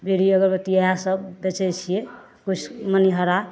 बीड़ी अगरबत्ती इहए सब बेचैत छियै किछु मनिहारा